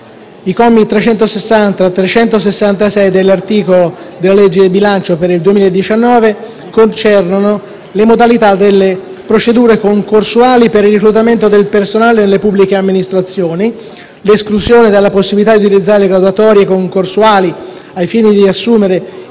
I commi da 360 a 366 dell'articolo 1 della legge di bilancio per il 2019 concernono le modalità delle procedure concorsuali per il reclutamento del personale nelle pubbliche amministrazioni, l'esclusione della possibilità di utilizzare le graduatorie concorsuali al fine di assumere